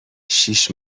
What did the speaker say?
شیش